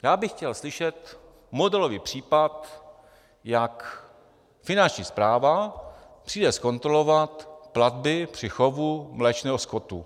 Já bych chtěl slyšet modelový případ, jak Finanční správa přijde zkontrolovat platby při chovu mléčného skotu.